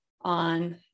on